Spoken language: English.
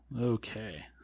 Okay